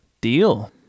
deal